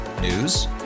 News